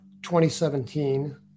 2017